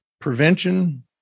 Prevention